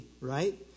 right